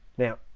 now,